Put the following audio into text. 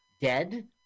Dead